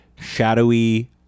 Shadowy